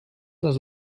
les